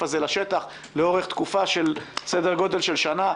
הזה לשטח לאורך תקופה של סדר גודל של שנה,